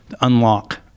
unlock